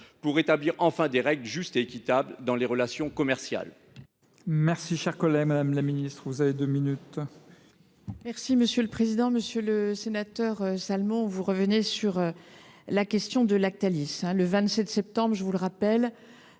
pour établir enfin des règles justes et équitables dans les relations commerciales